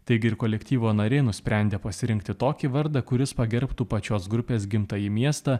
taigi ir kolektyvo nariai nusprendė pasirinkti tokį vardą kuris pagerbtų pačios grupės gimtąjį miestą